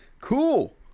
cool